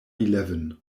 eleven